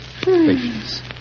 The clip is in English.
Patience